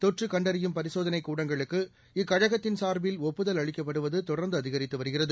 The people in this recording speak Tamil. தொற்று கண்டறியும் பரிசோதனை கூடங்களுக்கு இக்கழகத்தின் சாா்பில் ஒப்புதல் அளிக்கப்படுவது தொடர்ந்து அதிகரித்து வருகிறது